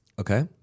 Okay